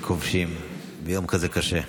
"כובשים" ביום כזה קשה.